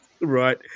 right